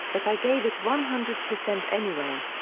but i gave it one hundred percent anyway.